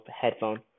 headphone